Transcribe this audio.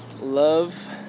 Love